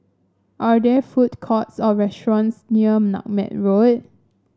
are there food courts or restaurants near Nutmeg Road